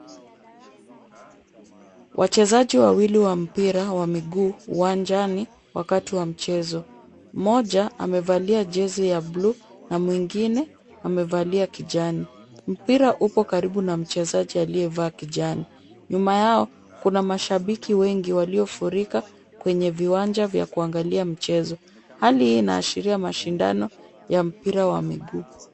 Wachezaji wawili wa mpira wa miguu uwanjani wakati wa mchezo, moja amevalia jezi ya buluu na mwingine amevalia kijani. Mpira upo karibu na mchezaji aliyevaa kijani. Nyuma yao kuna mashabiki wengi waliofurika kwenye viwanja vya kuangalia mchezo, hali hii inaashiria mashindano ya mpira wa miguu.